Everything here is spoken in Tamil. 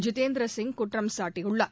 ஜிதேந்திரசிங் குற்றம் சாட்டியுள்ளார்